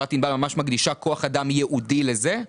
חברת ענבל ממש מקדישה כוח אדם ייעודי לזה.